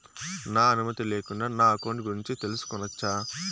నా అనుమతి లేకుండా నా అకౌంట్ గురించి తెలుసుకొనొచ్చా?